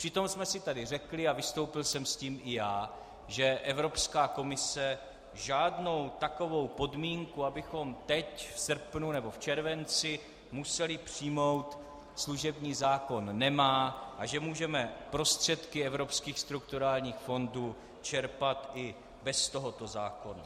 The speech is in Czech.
Přitom jsme si tady řekli, a vystoupil jsem s tím i já, že Evropská komise žádnou takovou podmínku, abychom teď v srpnu nebo červenci museli přijmout služební zákon, nemá a že můžeme prostředky evropských strukturálních fondů čerpat i bez tohoto zákona.